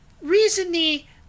Recently